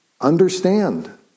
understand